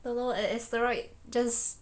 don't know an asteroid just